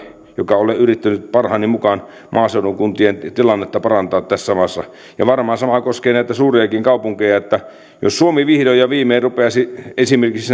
joka olen yrittänyt parhaani mukaan maaseudun kuntien tilannetta parantaa tässä maassa varmaan sama koskee näitä suuriakin kaupunkeja että jospa suomi vihdoin ja viimein rupeaisi esimerkiksi